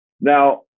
Now